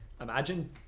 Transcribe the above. imagine